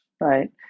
right